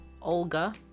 Olga